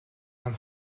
шууд